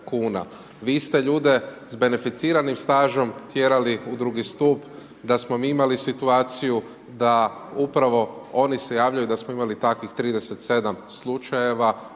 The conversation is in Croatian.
Vi ste ljude s beneficiranim stažem tjerali u drugi stup, da smo mi imali situaciju da upravo oni se javljaju da smo imali takvih 37 slučajeva